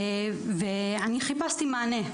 ואני חיפשתי מענה,